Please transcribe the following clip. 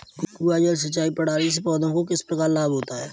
कुआँ जल सिंचाई प्रणाली से पौधों को किस प्रकार लाभ होता है?